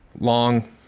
long